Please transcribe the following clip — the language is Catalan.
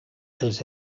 els